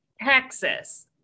Texas